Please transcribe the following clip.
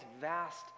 vast